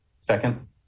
second